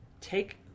take